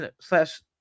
slash